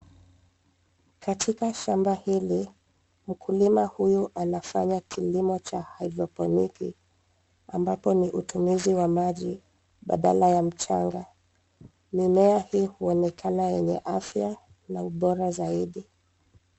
Katika shamba hili mkulima huyu anafanya kilimo cha hidroponiki ambapo ni utumizi wa maji badala ya mchanga. Mimea hii uonekana yenye afya na ubora zaidi.